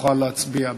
נוכל להצביע.